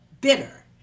bitter